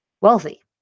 wealthy